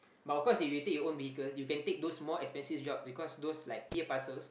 but of course if you take your own vehicle you can take those more expensive jobs because those like P_A parcels